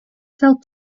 sell